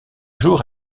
jour